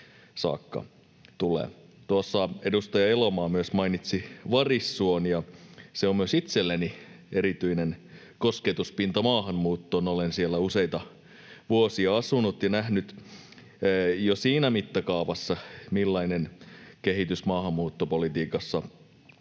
saakka tule. Tuossa edustaja Elomaa myös mainitsi Varissuon, ja se on myös itselleni erityinen kosketuspinta maahanmuuttoon. Olen siellä useita vuosia asunut ja nähnyt jo siinä mittakaavassa, millainen kehitys maahanmuuttopolitiikassa